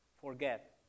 forget